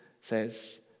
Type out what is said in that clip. says